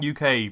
UK